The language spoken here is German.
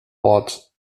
ort